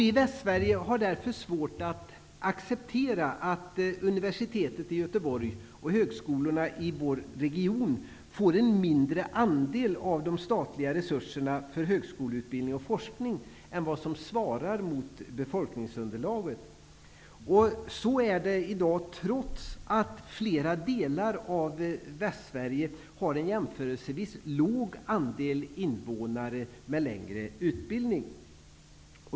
Vi i Västsverige har därför svårt att acceptera att universitetet i Göteborg och högskolorna i vår region får en mindre andel av de statliga resurserna för högskoleutbildning och forskning än vad som svarar mot befolkningsunderlaget. Så är det i dag, trots att flera delar av Västsverige har en jämförelsevis liten andel invånare som har längre utbildning.